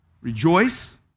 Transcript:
Rejoice